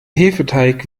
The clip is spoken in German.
hefeteig